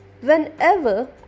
whenever